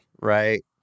Right